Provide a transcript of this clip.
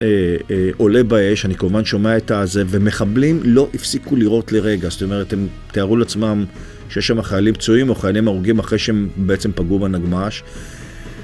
עולה באש, אני כמובן שומע את הזה, ומחבלים לא הפסיקו לירות לרגע, זאת אומרת, הם תיארו לעצמם שיש שם חיילים פצועים או חיילים הרוגים אחרי שהם בעצם פגעו בנגמש.